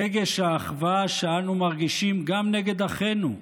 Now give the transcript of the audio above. רגש האחווה שאנו מרגישים גם נגד אחינו,